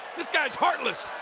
this guy is heartless.